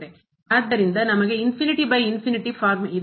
ಆದ್ದರಿಂದ ನಮಗೆ ಫಾರ್ಮ್ ಇದೆ